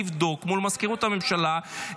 לבדוק מול מזכירות הממשלה.